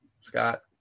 Scott